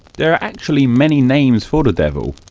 there are actually many names for the devil.